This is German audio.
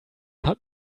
hat